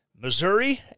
Missouri